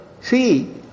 see